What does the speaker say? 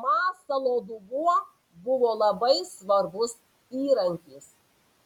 masalo dubuo buvo labai svarbus įrankis